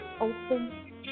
open